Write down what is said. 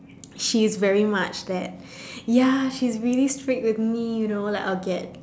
she is very much that ya like she is very strict with me you know I'll get